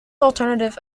alternative